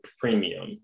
premium